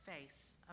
face